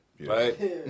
Right